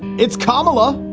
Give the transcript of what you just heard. it's comilla.